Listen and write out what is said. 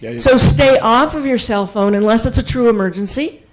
yeah so stay off of your cell phone unless it's a true emergency.